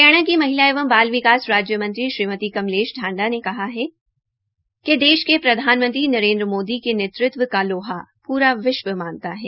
हरियाणा की महिला एवं बाल विकास राज्य मंत्री श्रीमती कमलेश ढांडा ने कहा है कि देश के प्रधानमंत्री नरेन्द्र मोदी के नेतृत्व का लोहा पूरा विश्व मानता है